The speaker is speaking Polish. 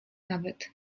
nawet